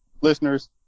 listeners